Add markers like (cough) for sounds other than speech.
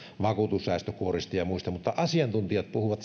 vakuutussäästökuorista ja muista mutta asiantuntijat puhuvat (unintelligible)